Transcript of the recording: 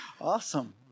Awesome